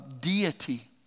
deity